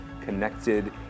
connected